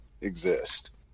exist